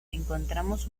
encontramos